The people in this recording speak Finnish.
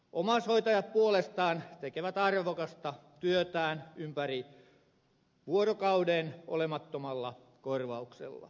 omaishoitajat puolestaan tekevät arvokasta työtään ympäri vuorokauden olemattomalla korvauksella